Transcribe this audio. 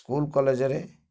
school କଲେଜରେ